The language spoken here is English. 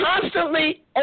constantly